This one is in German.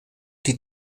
die